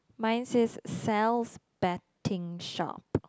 mine says sells betting shop